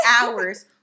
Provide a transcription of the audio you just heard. hours